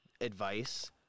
advice